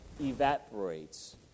evaporates